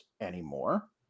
anymore